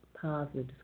positive